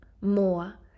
more